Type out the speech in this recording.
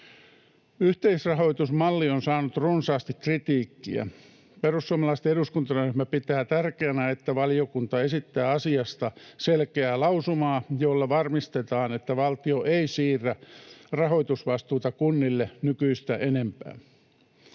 Yhteisrahoitusmalli on saanut runsaasti kritiikkiä. Perussuomalaisten eduskuntaryhmä pitää tärkeänä, että valiokunta esittää asiasta selkeää lausumaa, jolla varmistetaan, että valtio ei siirrä rahoitusvastuuta kunnille nykyistä enempää.